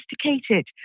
sophisticated